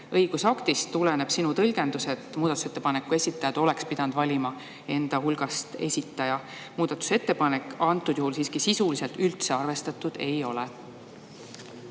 õigusaktist tuleneb sinu tõlgendus, et muudatusettepaneku esitajad oleks pidanud valima enda hulgast [esindaja]? Muudatusettepanekut antud juhul siiski sisuliselt üldse arvestatud ei ole.